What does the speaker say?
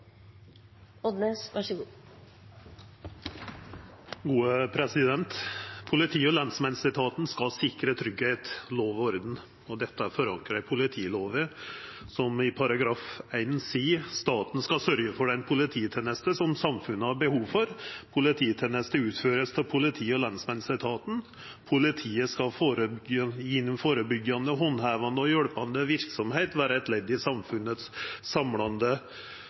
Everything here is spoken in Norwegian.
forankra i politilova § 1, der det står: «Staten skal sørge for den polititjeneste som samfunnet har behov for. Polititjenesten utføres av politi- og lensmannsetaten. Politiet skal gjennom forebyggende, håndhevende og hjelpende virksomhet være et ledd i samfunnets